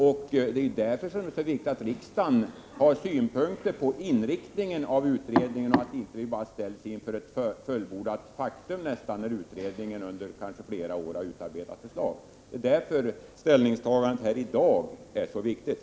Det är därför det är så viktigt att riksdagen har synpunkter på inriktningen av utredningen, så att vi inte bara ställs inför ett fullbordat faktum, när utredningen efter kanske flera års arbete lägger fram förslag. Det är därför ställningstagandet här i dag är så viktigt.